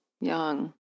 young